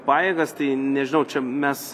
pajėgas tai nežinau čia mes